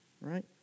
right